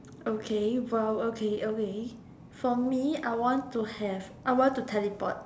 okay !wow! okay okay for me I want to have I want to teleport